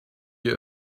you